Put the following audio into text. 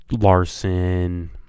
Larson